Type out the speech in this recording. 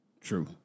True